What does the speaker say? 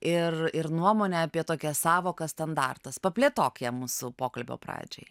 ir ir nuomonę apie tokią sąvoką standartas paplėtok ją mūsų pokalbio pradžiai